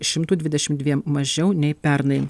šimtu dvidešim dviem mažiau nei pernai